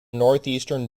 northeastern